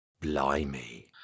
Blimey